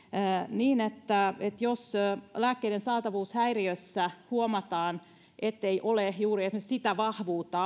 niin että että jos lääkkeiden saatavuushäiriössä huomataan ettei ole apteekissa toimittaa asiakkaalle esimerkiksi juuri sitä vahvuutta